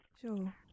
Sure